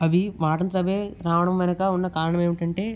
అవి వాటంతట అవే రావడం వెనుక ఉన్న కారణం ఏంటంటే